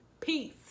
Peace